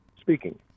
speaking